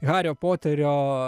hario poterio